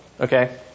Okay